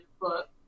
book